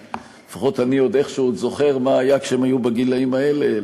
לפחות אני עוד איכשהו זוכר מה היה כשהם היו בגילים האלה,